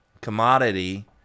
commodity